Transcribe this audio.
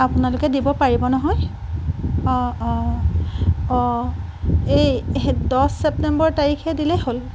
আপোনালোকে দিব পাৰিব নহয় অঁ অঁ অঁ এই দহ ছেপ্টেম্বৰ তাৰিখে দিলে হ'ল